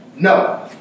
no